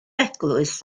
eglwys